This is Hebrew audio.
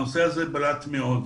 הנושא הזה בלט מאוד,